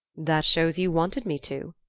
that shows you wanted me to,